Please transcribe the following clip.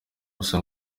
gusa